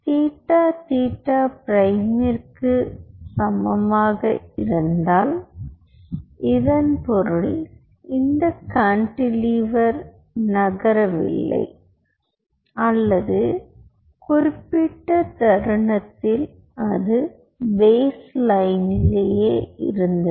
theta theta பிரைமிற்கு சமமாக இருந்தால் இதன் பொருள் இந்த கான்டிலீவர் நகரவில்லை அல்லது குறிப்பிட்ட தருணத்தில் அது பேஸ் லைனில் இருந்தது